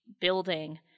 building